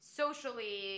socially